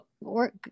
work